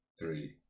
three